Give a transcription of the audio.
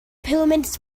pyramids